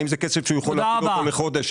האם זה כסף שהוא יכול להעמיד אותו לחודש.